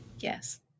yes